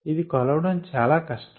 ఇది కొలవడం చాలా కష్టం